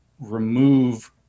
remove